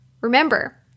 Remember